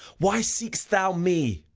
why seek'st thou me?